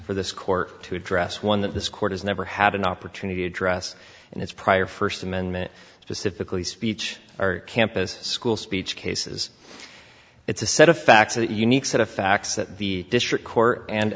for this court to address one that this court has never had an opportunity to address in its prior first amendment specifically speech or campus school speech cases it's a set of facts that unique set of facts that the district court and